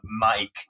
Mike